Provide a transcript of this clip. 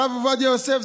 הרב עובדיה יוסף,